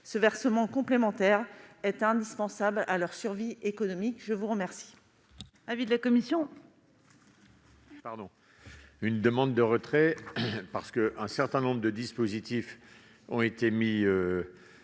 Ce versement complémentaire est indispensable à leur survie économique. Quel